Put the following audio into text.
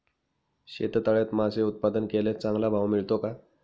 शेततळ्यात मासे उत्पादन केल्यास चांगला भाव मिळतो का?